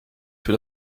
für